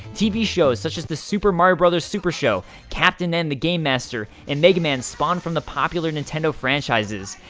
tv shows such as the super mario bros. super show, captain n the game master, and mega man spawned from the popular nintendo franchises.